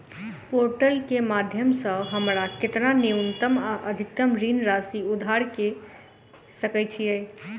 Portal केँ माध्यम सऽ हमरा केतना न्यूनतम आ अधिकतम ऋण राशि उधार ले सकै छीयै?